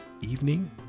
evening